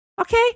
Okay